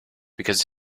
because